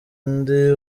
ndi